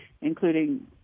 including